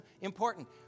important